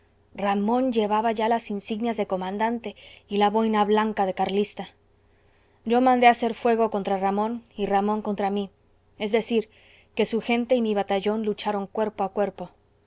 ramón llevaba ya las insignias de comandante y la boina blanca de carlista yo mandé hacer fuego contra ramón y ramón contra mí es decir que su gente y mi batallón lucharon cuerpo a cuerpo